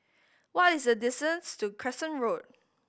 what is the distance to Crescent Road